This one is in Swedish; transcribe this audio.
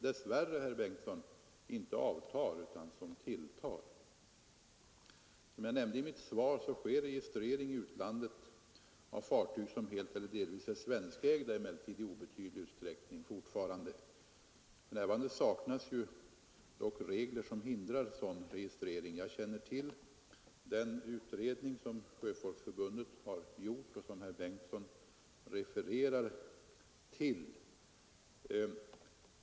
Dessvärre, herr Bengtsson, avtar inte denna verksamhet, utan den tilltar. Som jag nämnde i mitt svar, sker emellertid registrering i utlandet av fartyg som helt eller delvis är svenskägda fortfarande i obetydlig utsträckning. För närvarande saknas dock regler som hindrar sådan registrering. Jag känner till den utredning som Sjöfolksförbundet har gjort och som herr Bengtsson refererade till.